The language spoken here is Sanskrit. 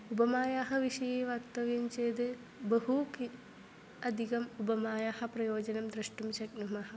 उपमायाः विषये वक्तव्यं चेद् बहु किम् अधिक उपमायाः प्रयोजनं द्रष्टुं शक्नुमः